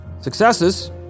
successes